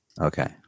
Okay